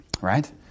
Right